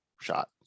shot